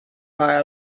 buy